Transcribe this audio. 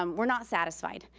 um we're not satisfied.